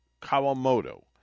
Kawamoto